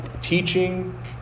Teaching